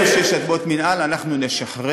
איפה שיש אדמות מינהל, נשחרר.